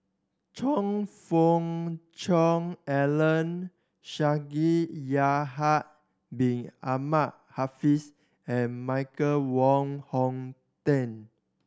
Choe Fook Cheong Alan Shaikh Yahya Bin Ahmed Afifi and Michael Wong Hong Teng